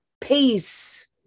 Peace